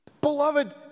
Beloved